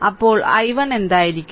അപ്പോൾ i1 എന്തായിരിക്കും